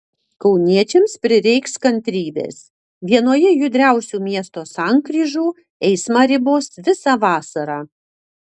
kauniečiams prireiks kantrybės vienoje judriausių miesto sankryžų eismą ribos visą vasarą